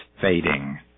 fading